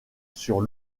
sur